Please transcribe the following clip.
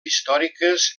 històriques